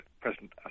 President